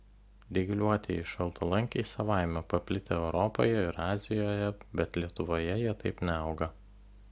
dygliuotieji šaltalankiai savaime paplitę europoje ir azijoje bet lietuvoje jie taip neauga